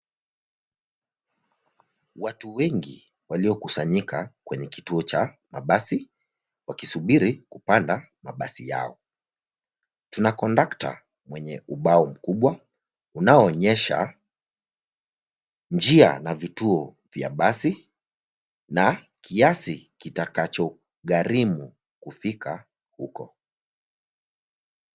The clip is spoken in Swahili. Watu wengi waliokusanyika kwenye kituo cha mabasi wakisubiri kupanda mabasi yao. Tuna kondakta mwenye ubao mkubwa unaonyesha njia na vituo vya basi na kiasi kitakacho gharimu kufika huko.